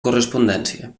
correspondència